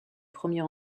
premier